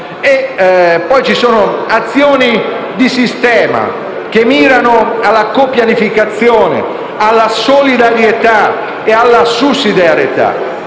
sono poi azioni di sistema che mirano alla co-pianificazione, alla solidarietà e alla sussidiarietà.